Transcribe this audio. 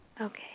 Okay